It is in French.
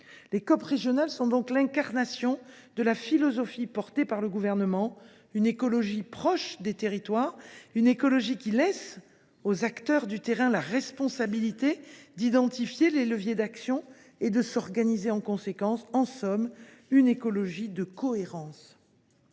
Les COP régionales sont donc l’incarnation de la philosophie adoptée par le Gouvernement : une écologie proche des territoires, une écologie qui laisse aux acteurs du terrain la responsabilité d’identifier les leviers d’action et de s’organiser en conséquence – en somme, une écologie de cohérence.